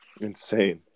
Insane